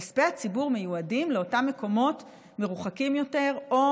כספי הציבור מיועדים לאותם מקומות מרוחקים יותר או